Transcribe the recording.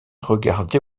regarder